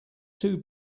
two